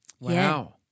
Wow